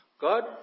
God